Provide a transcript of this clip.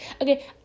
okay